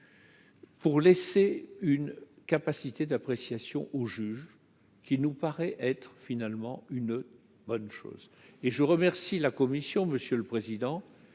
Pour laisser une capacité d'appréciation au juge qui nous paraît être finalement une bonne chose et je remercie la commission, monsieur le président